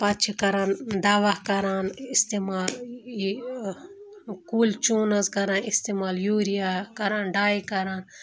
پَتہٕ چھِ کَران دَوا کَران استعمال یہِ کُلۍ چوٗنہٕ حظ کران استعمال یوٗریا کَران ڈَاے کَران